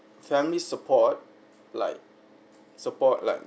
family support like support like